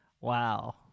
wow